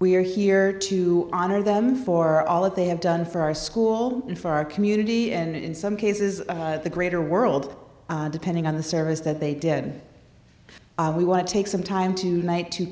we are here to honor them for all that they have done for our school and for our community and in some cases the greater world depending on the service that they did we want to take some time tonight to